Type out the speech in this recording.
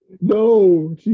No